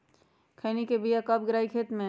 खैनी के बिया कब गिराइये खेत मे?